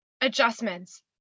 adjustments